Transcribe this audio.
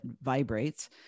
vibrates